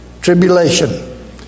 tribulation